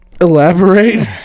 Elaborate